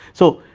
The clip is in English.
so,